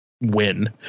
win